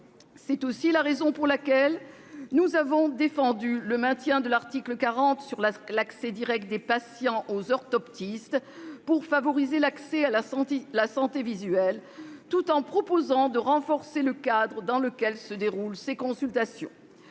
C'est aussi la raison pour laquelle nous avons défendu le maintien de l'article 40 sur l'accès direct des patients aux orthoptistes pour favoriser l'accès à la santé visuelle, tout en proposant de renforcer le cadre dans lequel se déroulent ces consultations.